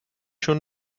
schon